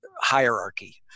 hierarchy